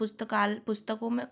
पुस्तकाल पुस्तकों में